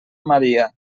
maria